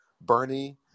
Bernie